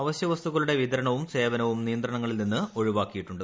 അവശ്യ വസ്തുക്കളുടെ വിതരണവും സേവനങ്ങളും നിയന്ത്രണങ്ങളിൽ നിന്ന് ഒഴിവാക്കിയിട്ടുണ്ട്